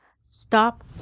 Stop